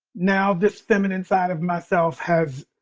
now, this feminine side of myself has,